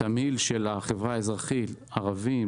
תמהיל של החברה האזרחית: ערבים,